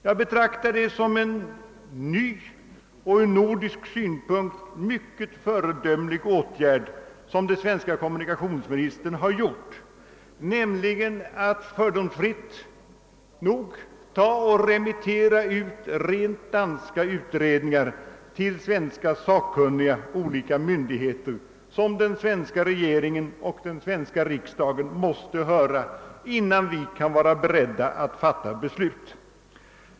Jag betraktar det som en ny och ur nordisk synpunkt mycket föredömlig åtgärd som den svenska kommunikationsministern har vidtagit, nämligen att helt fördomsfritt remittera ut danska utredningar till svenska sakkunniga och myndigheter som den svenska regeringen och den svenska riksdagen måste höra innan vi kan vara beredda att fatta beslut.